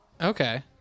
Okay